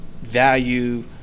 value